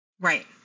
Right